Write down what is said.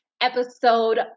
episode